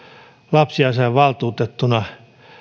lapsiasiainvaltuutettuna